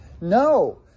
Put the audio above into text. No